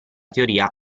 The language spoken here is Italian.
teoria